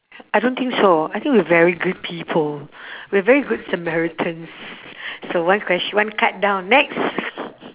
I don't think so I think we're very good people we're very good samaritans so one ques~ one card down next